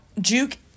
Juke